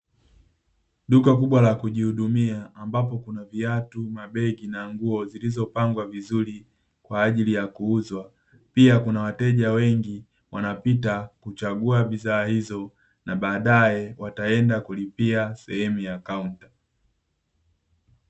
Duka kubwa la kujihudumia ambapo kuna viatu, mabegi na nguo zilizopangwa vizuri, kwa ajili ya kuuzwa. Pia kuna wateja wengi wanapita kuchagua bidhaa hizo, na baadae wataenda kulipia sehemu ya kaunta.